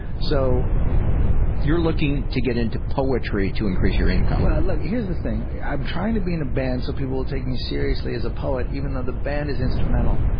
so you're looking to get into poetry to increase your income. well here's the thing. i'm trying to be in a band so people will take me seriously as a poet even though the band is instrumental.